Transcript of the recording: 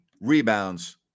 rebounds